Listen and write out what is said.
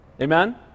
Amen